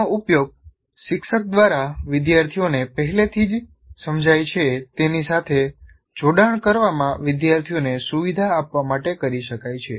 તેનો ઉપયોગ શિક્ષક દ્વારા વિદ્યાર્થીઓને પહેલેથી જ સમજાય છે તેની સાથે જોડાણ કરવામાં વિદ્યાર્થીઓને સુવિધા આપવા માટે કરી શકાય છે